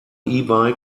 bike